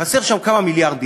חסרים שם כמה מיליארדים,